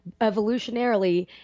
evolutionarily